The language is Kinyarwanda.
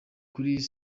kuri